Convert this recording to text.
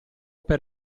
per